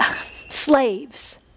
slaves